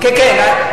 כן כן,